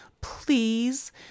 Please